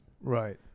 Right